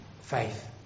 faith